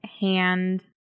hand